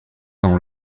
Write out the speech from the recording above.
dans